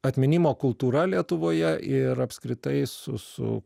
atminimo kultūra lietuvoje ir apskritai su su